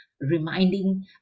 reminding